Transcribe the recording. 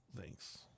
Thanks